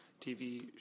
TV